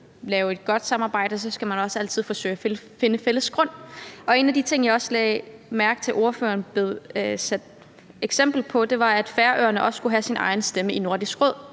lave et godt samarbejde, skal man altid forsøge at finde et fælles grundlag, og en af de ting, jeg også lagde mærke til at ordføreren nævnte som et eksempel, var, at Færøerne også skulle have sin egen stemme i Nordisk Råd.